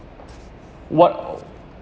what